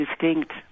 distinct